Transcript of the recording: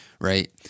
right